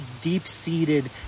deep-seated